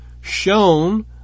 shown